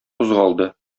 кузгалды